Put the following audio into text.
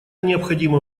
необходимое